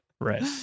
Right